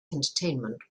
entertainment